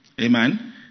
Amen